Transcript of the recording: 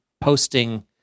posting